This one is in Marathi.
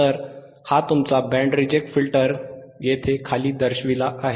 तर हा तुमचा बँड रिजेक्ट फिल्टर येथे दर्शविली आहे